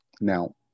Now